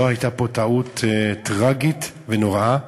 זו הייתה טעות טרגית ונוראה,